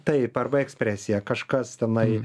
taip arba ekspresija kažkas tenai